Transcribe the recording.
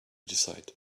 decide